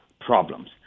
problems